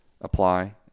apply